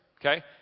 okay